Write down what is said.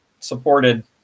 supported